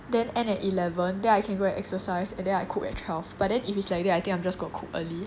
then end at eleven then I can go exercise and then I cook at twelve but then if it's like that I think I'm just going to cook early